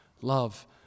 love